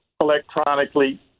electronically